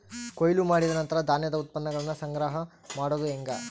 ಕೊಯ್ಲು ಮಾಡಿದ ನಂತರ ಧಾನ್ಯದ ಉತ್ಪನ್ನಗಳನ್ನ ಸಂಗ್ರಹ ಮಾಡೋದು ಹೆಂಗ?